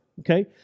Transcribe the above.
okay